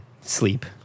sleep